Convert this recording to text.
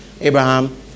Abraham